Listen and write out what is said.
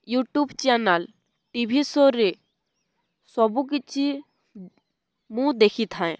YouTube channel TV ଶୋରେ ସବୁକିଛି ମୁଁ ଦେଖିଥାଏ